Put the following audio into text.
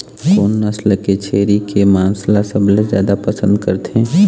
कोन नसल के छेरी के मांस ला सबले जादा पसंद करथे?